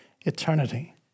eternity